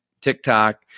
TikTok